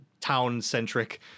town-centric